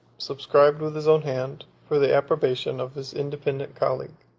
subscribed with his own hand, for the approbation of his independent colleague.